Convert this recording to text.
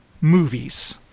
movies